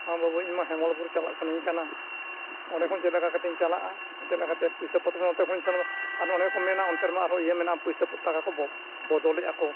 ᱦᱮᱸ ᱵᱟᱹᱵᱩ ᱤᱧᱢᱟ ᱦᱮᱢᱟᱞ ᱵᱩᱨᱩ ᱪᱟᱞᱟᱜ ᱥᱟᱱᱟᱧ ᱠᱟᱱᱟ ᱚᱸᱰᱮᱠᱷᱚᱱ ᱪᱮᱫ ᱞᱮᱠᱟ ᱠᱟᱛᱮᱧ ᱪᱟᱞᱟᱜᱼᱟ ᱪᱮᱫ ᱞᱮᱠᱟᱛᱮ ᱯᱩᱭᱥᱟᱹ ᱯᱚᱛᱨᱚ ᱱᱚᱛᱮ ᱠᱷᱚᱱᱤᱧ ᱥᱮᱱᱚᱜᱼᱟ ᱟᱨ ᱚᱸᱰᱮ ᱠᱚ ᱢᱮᱱᱟ ᱚᱱᱛᱮ ᱨᱮᱢᱟ ᱟᱨᱚ ᱤᱭᱟᱹ ᱢᱮᱱᱟᱜᱼᱟ ᱯᱩᱭᱥᱟᱹ ᱴᱟᱠᱟ ᱠᱚ ᱵᱚᱫᱚᱞᱮᱜᱼᱟ ᱠᱚ